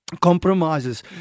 compromises